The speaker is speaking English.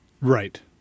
Right